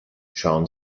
schauen